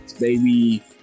Baby